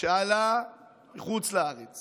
שעלה מחוץ לארץ